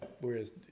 Whereas